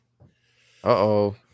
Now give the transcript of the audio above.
Uh-oh